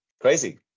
crazy